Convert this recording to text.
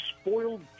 spoiled